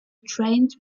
trained